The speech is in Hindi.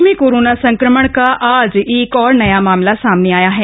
प्रदेश में कोरोना संक्रमण का एक और नया मामला सामने आया है